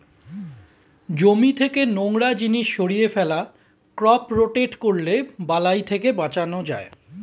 জমি থেকে নোংরা জিনিস সরিয়ে ফেলা, ক্রপ রোটেট করলে বালাই থেকে বাঁচান যায়